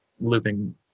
looping